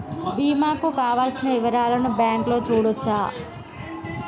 బీమా కు కావలసిన వివరాలను బ్యాంకులో చూడొచ్చా?